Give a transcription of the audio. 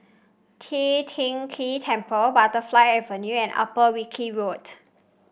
Tian Teck Keng Temple Butterfly Avenue and Upper Wilkie Road